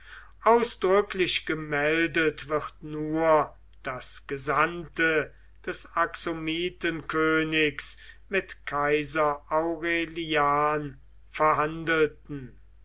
ausdrücklich gemeldet wird nur daß gesandte des axomitenkönigs mit kaiser aurelian verhandelten